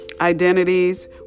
identities